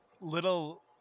little